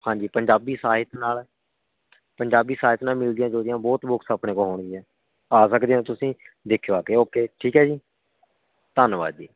ਹਾਂਜੀ ਪੰਜਾਬੀ ਸਾਹਿਤ ਨਾਲ ਪੰਜਾਬੀ ਸਾਹਿਤ ਨਾਲ ਮਿਲਦੀਆਂ ਜੁਲਦੀਆਂ ਬਹੁਤ ਬੁੱਕਸ ਆਪਣੇ ਕੋਲ ਹੋਣਗੀਆਂ ਆ ਸਕਦੇ ਹੋ ਤੁਸੀਂ ਦੇਖਿਓ ਆ ਕੇ ਓਕੇ ਠੀਕ ਹੈ ਜੀ ਧੰਨਵਾਦ ਜੀ